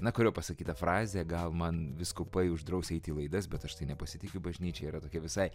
na kurio pasakytą frazė gal man vyskupai uždraus eiti į laidas bet aš tai nepasitikiu bažnyčia yra tokia visai